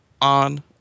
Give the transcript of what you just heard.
on